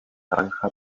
granja